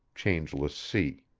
changeless sea.